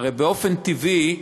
הרי באופן טבעי,